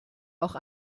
auch